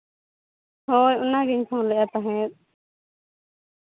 ᱦᱳᱭ ᱚᱱᱟᱜᱮ ᱯᱷᱳᱱ ᱞᱮᱫᱟ ᱛᱟᱦᱮᱸᱜ